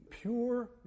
pure